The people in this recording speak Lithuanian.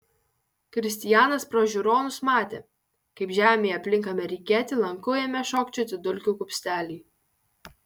kristijanas pro žiūronus matė kaip žemėje aplink amerikietį lanku ėmė šokčioti dulkių kupsteliai